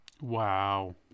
Wow